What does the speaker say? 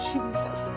Jesus